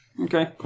Okay